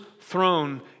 throne